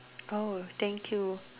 oh thank you